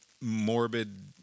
morbid